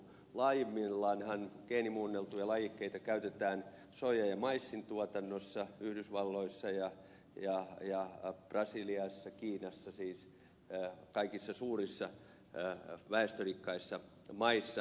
laajimmillaanhan geenimuunneltuja lajikkeita käytetään soijan ja maissin tuotannossa yhdysvalloissa ja brasiliassa kiinassa siis kaikissa suurissa väestörikkaissa maissa